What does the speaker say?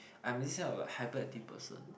I'm this kind of hyperactive person